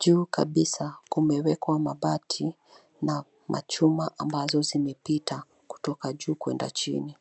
Juu kabisa kumewekwa mabati na machuma ambazo zimepita kutoka juu kuenda chini.